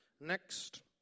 Next